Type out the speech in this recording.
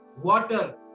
Water